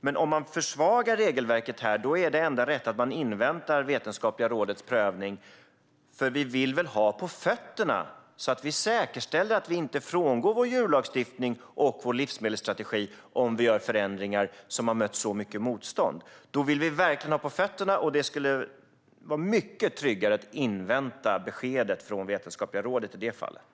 Men om man försvagar regelverket är det enda rätta att man inväntar det vetenskapliga rådets prövning, för vi vill ha på fötterna, så att vi säkerställer att vi inte frångår vår djurlagstiftning och vår livsmedelsstrategi om vi gör förändringar som har mött så mycket motstånd. Då vill vi verkligen ha på fötterna, och det skulle vara mycket tryggare att invänta beskedet från det vetenskapliga rådet i det fallet.